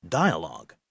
dialogue